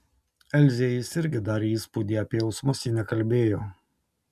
elzei jis irgi darė įspūdį apie jausmus ji nekalbėjo